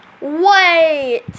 Wait